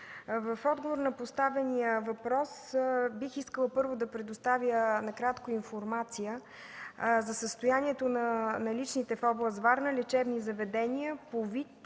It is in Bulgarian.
В отговор на поставения въпрос бих искала първо да предоставя накратко информация за състоянието на наличните в област Варна лечебни заведения по вид,